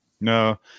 No